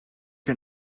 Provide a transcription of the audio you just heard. can